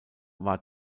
war